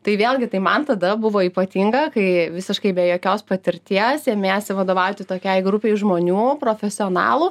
tai vėlgi tai man tada buvo ypatinga kai visiškai be jokios patirties ėmiesi vadovauti tokiai grupei žmonių profesionalų